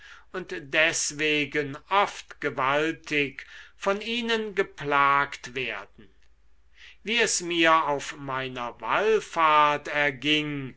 und deswegen oft gewaltig von ihnen geplagt werden wie es mir auf meiner wallfahrt erging